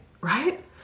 right